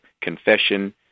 Confession